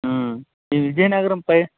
ఈ విజయనగరంపై